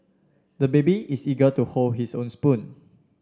the baby is eager to hold his own spoon